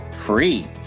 free